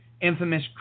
infamous